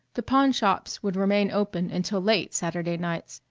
the pawnshops would remain open until late saturday nights,